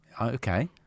Okay